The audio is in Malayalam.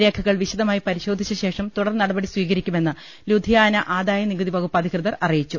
രേഖകൾ വിശദമായി പരിശോധിച്ച ശേഷം തുടർ നടപടി സ്വീകരിക്കുമെന്ന് ലുധിയാന ആദായനികുതി വകുപ്പ് അധി കൃതർ അറിയിച്ചു